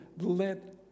let